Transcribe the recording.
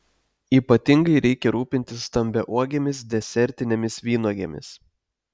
ypatingai reikia rūpintis stambiauogėmis desertinėmis vynuogėmis